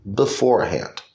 beforehand